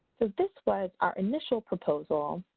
so, this was our initial proposal.